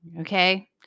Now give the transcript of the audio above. okay